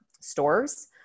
stores